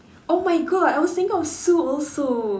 oh my god I was thinking of Sue also